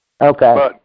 Okay